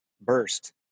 burst